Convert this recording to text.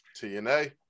TNA